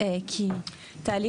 כמה